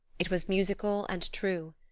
it was musical and true.